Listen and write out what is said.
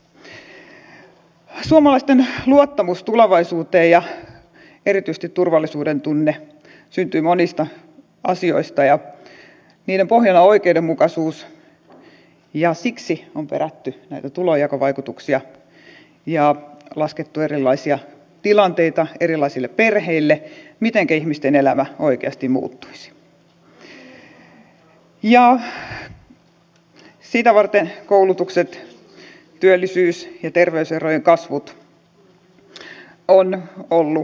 suomalaisten luottamus tulevaisuuteen ja erityisesti turvallisuudentunne syntyvät monista asioista ja niiden pohjana on oikeudenmukaisuus ja siksi on perätty näitä tulonjakovaikutuksia ja laskettu erilaisia tilanteita erilaisille perheille mitenkä ihmisten elämä oikeasti muuttuisi ja sitä varten koulutus työllisyys ja terveyserojen kasvu ovat olleet huolenamme